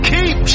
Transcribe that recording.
Keep